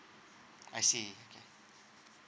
I see okay